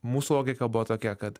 mūsų logika buvo tokia kad